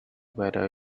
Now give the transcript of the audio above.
whether